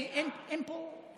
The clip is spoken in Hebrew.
כי אין פה,